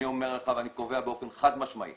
אני אומר לך ואני קובע באופן חד-משמעי